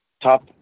top